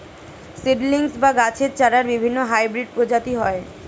seedlings বা গাছের চারার বিভিন্ন হাইব্রিড প্রজাতি হয়